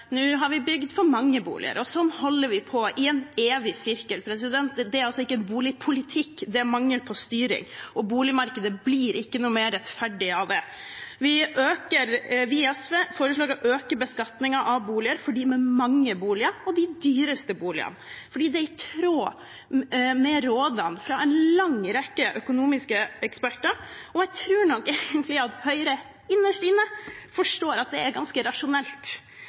nå har bygd for mange boliger. Og slik holder vi på i en evig sirkel. Dette er ikke boligpolitikk – det er mangel på styring, og boligmarkedet blir ikke mer rettferdig av det. Vi i SV foreslår å øke beskatningen av boliger for dem med mange boliger og for de dyreste boligene, for det er i tråd med rådene fra en lang rekke økonomieksperter. Jeg tror nok at Høyre egentlig – innerst inne – forstår at det er ganske rasjonelt.